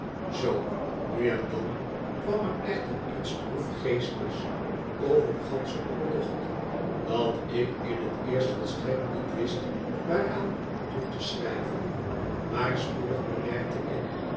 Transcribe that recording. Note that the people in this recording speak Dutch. zoo nu en dan kwam er echter iets droefgeestig over den ganschen optocht dat ik in het eerst volstrekt niet wist waaraan toe te schrijven maar spoedig bemerkte ik